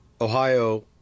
Ohio